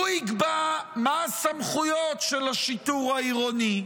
הוא יקבע מה הסמכויות של השיטור העירוני,